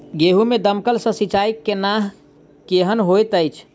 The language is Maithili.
गेंहूँ मे दमकल सँ सिंचाई केनाइ केहन होइत अछि?